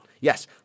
Yes